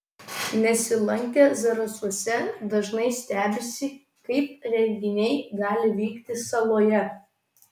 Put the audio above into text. nesilankę zarasuose dažnai stebisi kaip renginiai gali vykti saloje